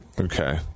okay